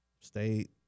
State